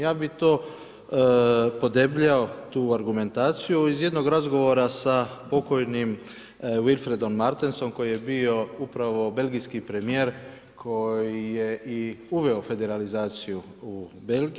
Ja bih to podebljao tu argumentaciju iz jednog razgovora sa pokojnim Wilfredom Martinsom koji je bio upravo Belgijski premijer koji je i uveo federalizaciju u Belgiji.